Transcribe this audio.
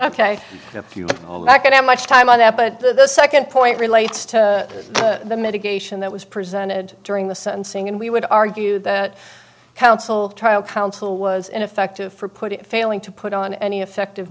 i much time on that but the second point relates to the medication that was presented during the sentencing and we would argue that counsel trial counsel was ineffective for put failing to put on any effective